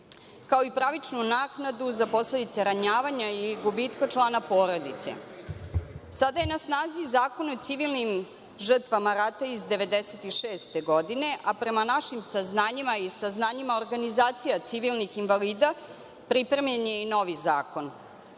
kao i pravičnu naknadu za posledice ranjavanja i gubitka člana porodice. Sada je na snazi Zakon o civilnim žrtvama rata iz 1996. godine, a prema našim saznanjima i saznanjima organizacija civilnih invalida pripremljen je i novi zakon. Prema